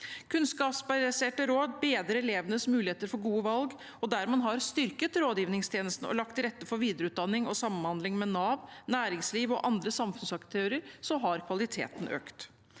kunnskapsbaserte råd og bedre elevenes muligheter for gode valg. Der man har styrket rådgivningstjenesten og lagt til rette for videreutdanning og samhandling med Nav, næringsliv og andre samfunnsaktører, har kvaliteten økt.